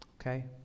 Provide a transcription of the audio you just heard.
Okay